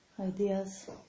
ideas